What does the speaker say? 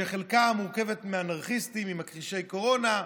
שחלקה מורכבת מאנרכיסטים, ממכחישי קורונה,